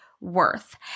worth